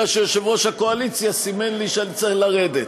אלא שיושב-ראש הקואליציה סימן לי שאני צריך לרדת.